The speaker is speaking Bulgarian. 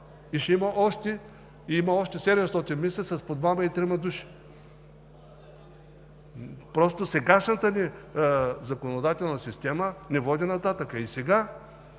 че има още 700 с по двама или трима души. Просто сегашната законодателна система ни води нататък.